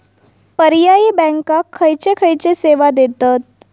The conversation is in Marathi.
पर्यायी बँका खयचे खयचे सेवा देतत?